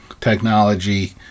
technology